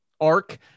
arc